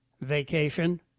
vacation